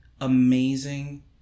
amazing